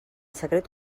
secret